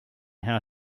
how